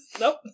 Nope